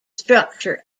structure